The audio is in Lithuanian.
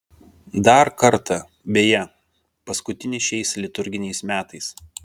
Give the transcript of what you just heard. dar kartą beje paskutinį šiais liturginiais metais